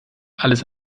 alles